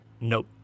Nope